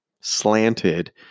slanted